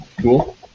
Cool